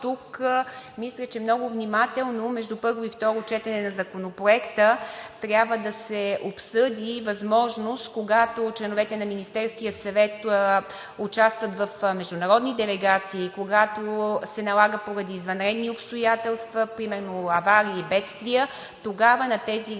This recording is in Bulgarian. тук мисля, че много внимателно между първо и второ четене на Законопроекта, трябва да се обсъди и възможност, когато членовете на Министерския съвет участват в международни делегации, когато се налага поради извънредни обстоятелства – примерно аварии и бедствия, тогава на тези лица